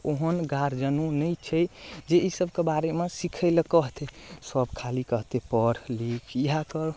ओहन गर्जियानो नहि छै जे ई सबके बारेमे सिखैलए कहतै सब खाली कहतै पढ़ लिख इएह कर